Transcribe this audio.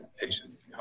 patients